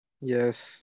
Yes